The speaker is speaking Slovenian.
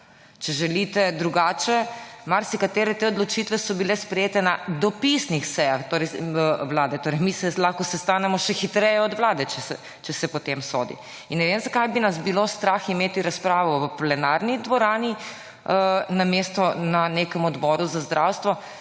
Če želite drugače, marsikatere te odločitve so bile sprejete na dopisnih sejah vlade. Mi se lahko sestanemo še hitreje od vlade, če se po tem sodi. Ne vem, zakaj bi nas bilo strah imeti razpravo v plenarni dvorani, namesto na nekem odboru za zdravstvo,